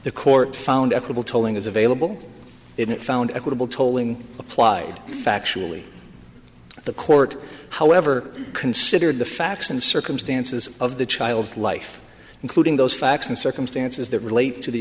the court found acquittal tolling is available it found equitable tolling applied factually the court however considered the facts and circumstances of the child's life including those facts and circumstances that relate to the